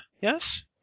yes